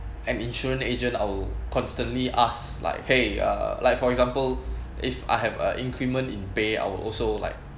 an insurance agent I will constantly ask like !hey! uh like for example if I have a increment in pay I will also like